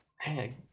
Hey